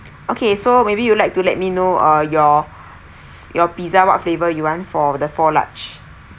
okay so maybe you like to let me know uh your si~ your pizza what flavour you want for the four large